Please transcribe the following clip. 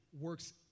Works